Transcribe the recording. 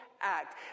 act